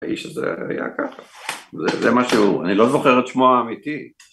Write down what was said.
האיש הזה היה ככה, זה משהו, אני לא זוכר את שמו האמיתי.